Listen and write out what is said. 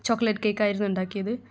chocolate കെയ്ക്കായിരുന്നു ഉണ്ടാക്കിയത്